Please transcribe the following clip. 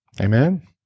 Amen